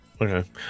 okay